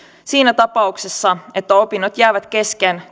siinä tapauksessa että opinnot jäävät kesken